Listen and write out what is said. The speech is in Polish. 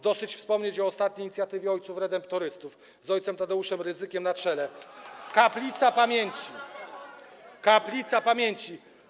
Dosyć wspomnieć o ostatniej inicjatywie ojców redemptorystów z ojcem Tadeuszem Rydzykiem na czele - Kaplica Pamięci, Kaplica Pamięci.